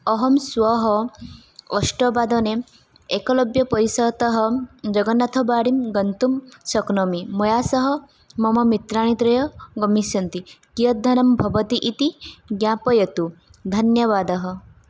अहं स्वः अष्टवादने एकलव्यपरिसरतः जगन्नाथवाटीं गन्तुं शक्नोमि मया सह मम मित्राणित्रय गमिष्यन्ति कियत् धनम् भवति इति ज्ञापयतु धन्यवादः